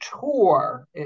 tour